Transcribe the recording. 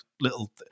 little